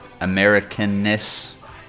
Americanness